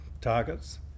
targets